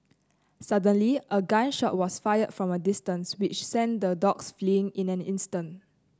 suddenly a gun shot was fired from a distance which sent the dogs fleeing in an instant